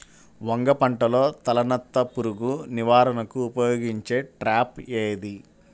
వంగ పంటలో తలనత్త పురుగు నివారణకు ఉపయోగించే ట్రాప్ ఏది?